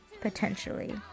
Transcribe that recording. potentially